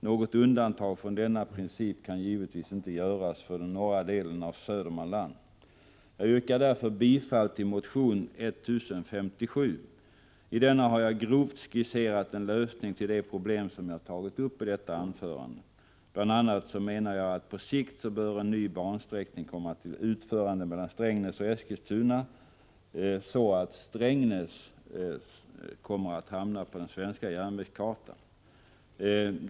Något undantag från denna princip kan givetvis inte göras för norra delen av Södermanland. Jag yrkar därför bifall till motion 1057. I denna har jag grovt skisserat en lösning till de problem som jag har tagit upp i detta anförande. Bl. a. bör, enligt min mening, en ny bansträckning komma till utförande mellan Strängnäs och Eskilstuna, så att Strängnäs hamnar på den svenska järnvägskartan.